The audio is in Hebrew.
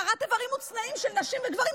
כרת איברים מוצנעים של נשים ושל גברים,